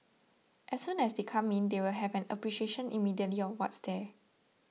as soon as they come in they will have an appreciation immediately of what's there